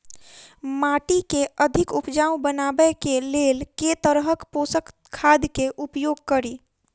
माटि केँ अधिक उपजाउ बनाबय केँ लेल केँ तरहक पोसक खाद केँ उपयोग करि?